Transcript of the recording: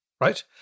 right